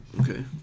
Okay